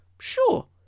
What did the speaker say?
Sure